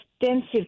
extensive